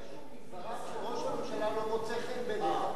אם משהו מדבריו של ראש הממשלה לא מוצא חן בעיניך,